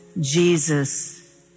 Jesus